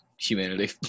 humanity